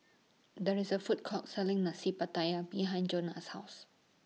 There IS A Food Court Selling Nasi Pattaya behind Jonna's House